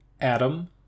Adam